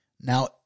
Now